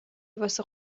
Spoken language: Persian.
واسه